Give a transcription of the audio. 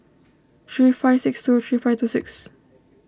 three five six two three five two six